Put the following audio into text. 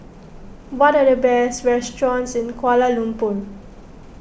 what are the best restaurants in Kuala Lumpur